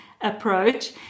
approach